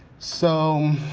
so